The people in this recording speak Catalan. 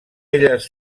elles